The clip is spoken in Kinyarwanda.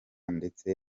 ndetse